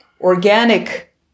organic